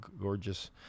gorgeous